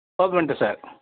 open பண்ணிட்டேன் sir